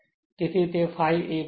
તેથી તે ∅ એ 0